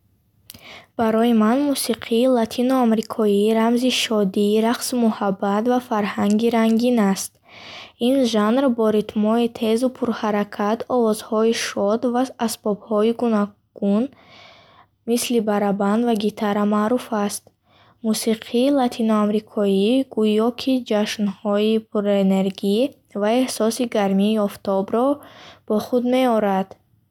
Барои ман мусиқии латиноамрикоӣ рамзи шодӣ, рақсу муҳаббат ва фарҳанги рангин аст. Ин жанр бо ритмҳои тезу пурҳаракат, овозҳои шод ва асбобҳои гуногун мисли барабан ва гитара маъруф аст. Мусикии латиноамрикоӣ гӯё ки ҷашнҳои пурэнергӣ ва эҳсоси гармии офтобро бо худ меорад.